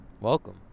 Welcome